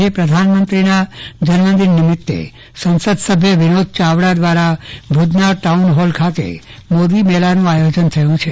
આજે પ્રધાનમંત્રીના જન્મદિન નિમિત્તે સંસદ સભ્ય વિનોદ ચાવડા દ્વારા ભુજના ટાઉનહોલ ખાતે મોદી મેલાનું આયોજન થયું છે